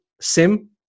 Sim